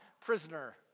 prisoner